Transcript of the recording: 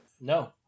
No